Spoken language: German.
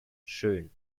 schön